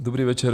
Dobrý večer.